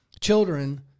children